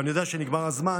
ואני יודע שנגמר הזמן,